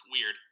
weird